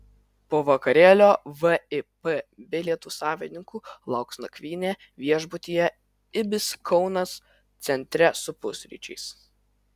po vakarėlio vip bilietų savininkų lauks nakvynė viešbutyje ibis kaunas centre su pusryčiais